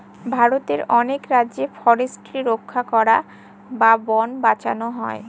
ভারতের অনেক রাজ্যে ফরেস্ট্রি রক্ষা করা বা বোন বাঁচানো হয়